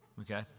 Okay